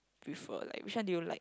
prefer like which one do you like